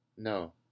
No